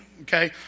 okay